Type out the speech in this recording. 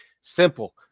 simple